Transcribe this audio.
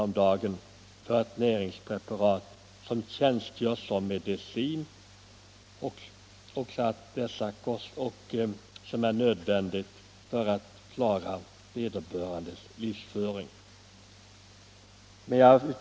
om dagen för ett näringspreparat som tjänstgör som medicin och dessutom är nödvändigt för att uppehålla livet.